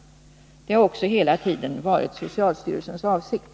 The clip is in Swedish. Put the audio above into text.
Det har också hela tiden varit socialstyrelsens utgångspunkt.